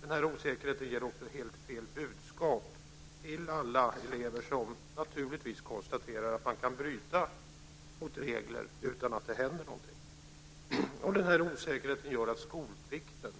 Den här osäkerheten ger också helt fel budskap till alla elever som naturligtvis konstaterar att man kan bryta mot regler utan att det händer någonting. Denna osäkerhet gör att skolplikten,